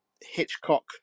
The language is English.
Hitchcock